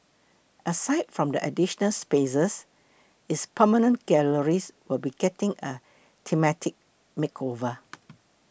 aside from the additional spaces its permanent galleries will be getting a thematic makeover